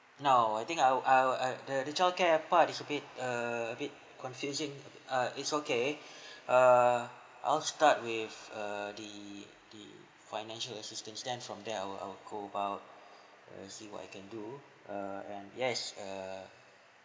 now I think I will I will uh the the childcare part is a bit err a bit confusing a bit uh it's okay err I'll start with err the the financial assistance then from there I will I will go about I see what I can do err and yes err